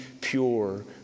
pure